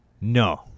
No